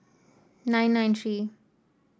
nine nine three